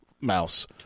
mouse